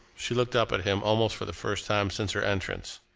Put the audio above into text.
she looked up at him almost for the first time since her entrance.